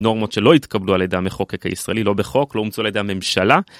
נורמות שלא התקבלו על ידי המחוקק הישראלי, לא בחוק, לא הומצאו על ידי הממשלה.